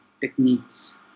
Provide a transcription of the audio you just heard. techniques